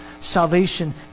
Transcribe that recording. Salvation